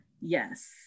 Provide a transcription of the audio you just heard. yes